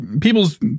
People's